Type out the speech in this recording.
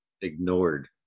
ignored